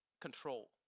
control